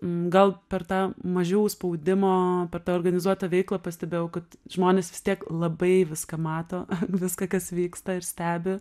gal per tą mažiau spaudimo per tą organizuotą veiklą pastebėjau kad žmonės vis tiek labai viską mato viską kas vyksta ir stebi